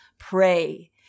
Pray